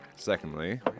Secondly